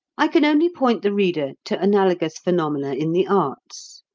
i can only point the reader to analogous phenomena in the arts.